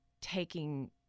taking